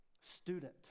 student